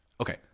Okay